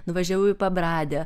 nuvažiavau į pabradę